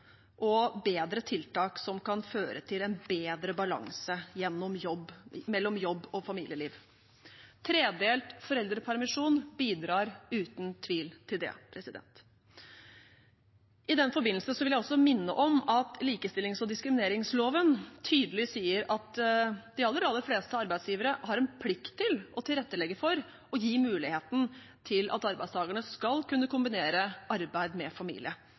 og bedre tiltak som kan føre til en bedre balanse mellom jobb og familieliv. Tredelt foreldrepermisjon bidrar uten tvil til det. I den forbindelse vil jeg også minne om at likestillings- og diskrimineringsloven tydelig sier at de aller, aller fleste arbeidsgivere har en plikt til å tilrettelegge for å gi muligheten til at arbeidstakerne skal kunne kombinere arbeid med familie.